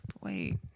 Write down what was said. wait